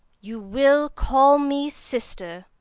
you will call me sister,